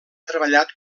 treballat